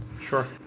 Sure